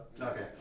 Okay